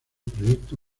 proyecto